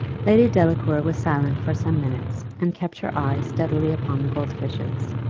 lady delacour was silent for some minutes, and kept her eye steadily upon the gold fishes.